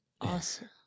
awesome